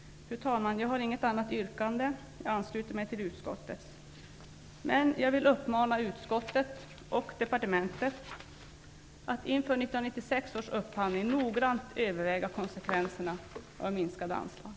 Fru talman! Jag har inget yrkande, utan ansluter mig till utskottets. Jag vill dock uppmana utskottet och departementet att inför 1996 års upphandling noggrant överväga konsekvenserna av minskade anslag.